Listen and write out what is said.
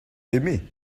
aimé